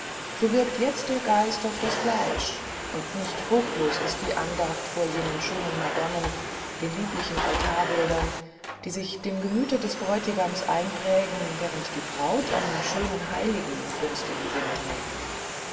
so wirkt jetzt der geist auf das fleisch und nicht fruchtlos ist die andacht vor jenen schönen madonnen den lieblichen altarbildern die sich dem gemüte des bräutigams einprägen während die braut einen schönen heiligen im brünstigen sinne trägt